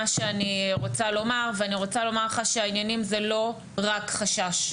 שאני רוצה לומר ואני רוצה לומר לך שהעניינים זה לא רק חשש.